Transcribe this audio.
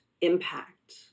impact